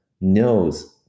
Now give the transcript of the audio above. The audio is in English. knows